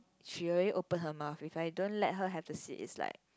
she already open her mouth if I don't let her have the seat it's like